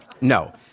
No